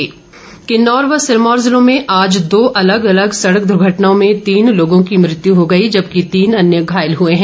दुर्घटना किन्नौर व सिरमौर जिलों में आज दो अलग अलग सड़क द्र्घटनाओं में तीन लोगों की मृत्यु हो गई जबकि तीन अन्य घायल हए हैं